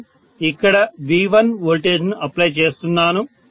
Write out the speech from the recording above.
నేను ఇక్కడ V1 voltage ను అప్లై చేస్తున్నాను